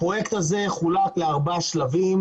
הפרויקט הזה חולק לארבעה שלבים.